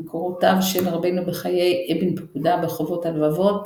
"מקורותיו של רבנו בחיי אבן פקודה ב'חובות הלבבות'",